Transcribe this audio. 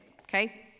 okay